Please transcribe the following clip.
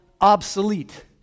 obsolete